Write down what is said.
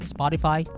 Spotify